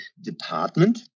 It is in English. department